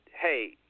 hey